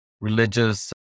religious